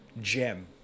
gem